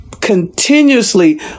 Continuously